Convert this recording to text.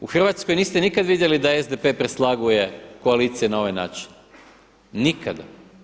U Hrvatskoj niste nikada vidjeli da SDP preslaguje koalicije na ovaj način, nikada.